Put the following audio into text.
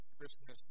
Christmas